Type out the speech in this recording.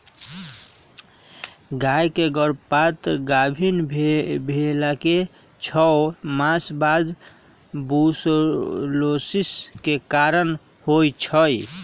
गाय के गर्भपात गाभिन् भेलाके छओ मास बाद बूर्सोलोसिस के कारण होइ छइ